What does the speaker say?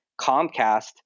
Comcast